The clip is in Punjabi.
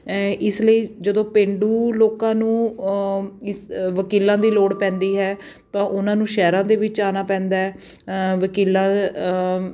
ਇਸ ਲਈ ਜਦੋਂ ਪੇਂਡੂ ਲੋਕਾਂ ਨੂੰ ਇਸ ਵਕੀਲਾਂ ਦੀ ਲੋੜ ਪੈਂਦੀ ਹੈ ਤਾਂ ਉਹਨਾਂ ਨੂੰ ਸ਼ਹਿਰਾਂ ਦੇ ਵਿੱਚ ਆਉਣਾ ਪੈਂਦਾ ਵਕੀਲਾਂ